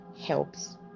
helps